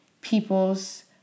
peoples